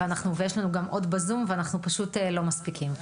יש לנו גם עוד בזום, ואנחנו פשוט לא מספיקים.